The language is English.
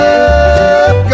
up